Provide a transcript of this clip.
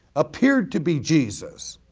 appeared to be jesus,